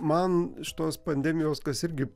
man iš tos pandemijos kas irgi